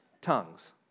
Tongues